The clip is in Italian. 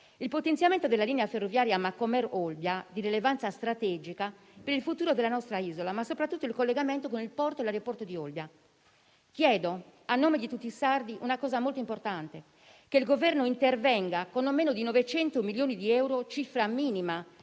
il potenziamento della linea ferroviaria Macomer-Olbia, di rilevanza strategica per il futuro della nostra isola; ma soprattutto il collegamento con il porto e l'aeroporto di Olbia. Chiedo, a nome di tutti i sardi, una cosa molto importante: il Governo intervenga con non meno di 900 milioni di euro, cifra minima